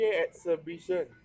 Exhibition